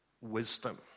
wisdom